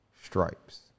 Stripes